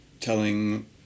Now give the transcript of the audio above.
telling